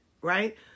right